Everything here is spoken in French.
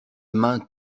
main